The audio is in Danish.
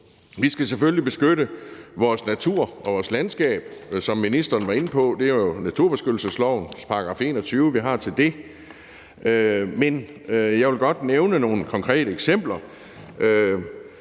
Vi skal selvfølgelig beskytte vores natur og vores landskab, som ministeren var inde på. Det er jo naturbeskyttelseslovens § 21, vi har til det. Men jeg vil godt nævne nogle konkrete eksempler.